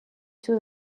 sud